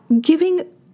giving